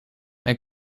mijn